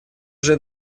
уже